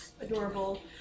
Adorable